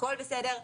הכל בסדר,